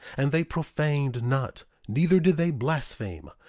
and they profaned not neither did they blaspheme.